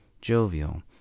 jovial